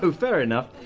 um fair enough.